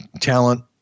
talent